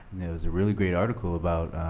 and there was a really great article about